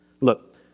Look